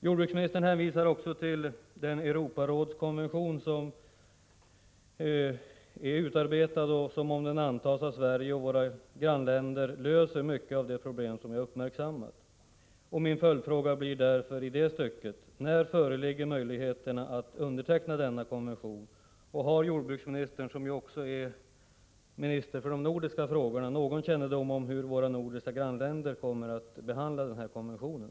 Jordbruksministern hänvisar också till den Europarådskonvention som är utarbetad och som, om den antas av Sverige och våra grannländer, löser många av de problem som jag uppmärksammat. Min följdfråga blir därför: När föreligger möjligheter att underteckna denna konvention? Har jordbruksministern, som också är minister för de nordiska frågorna, någon kännedom om hur våra nordiska grannländer kommer att behandla denna konvention?